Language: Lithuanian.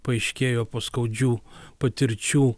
paaiškėjo po skaudžių patirčių